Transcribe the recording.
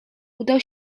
udał